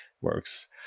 works